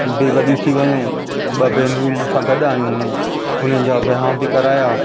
बि वॾी थी वियूं ॿ भेनरूं मूंसां गॾु आहियूं हुयूं उन्हनि जा विहांउ बि करायां